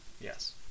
Yes